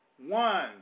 one